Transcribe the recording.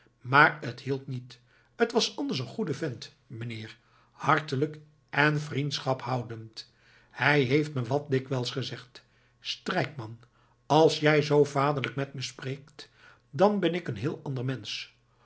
maar t hielp niet t was anders een goede vent meneer hartelijk en vriendschaphoudend hij heeft me wat dikwijls gezegd strijkman als jij zoo vaderlijk met me spreekt dan ben ik een heel ander mensch